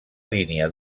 línia